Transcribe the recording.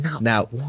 Now